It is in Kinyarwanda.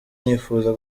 nifuza